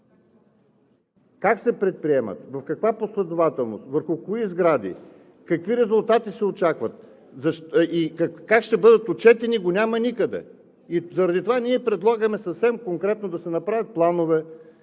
Как се предприемат, в каква последователност, върху кои сгради, какви резултати се очакват, как ще бъдат отчетени го няма никъде. Заради това ние предлагаме съвсем конкретно да се направят планове,